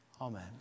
Amen